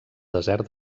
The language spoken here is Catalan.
desert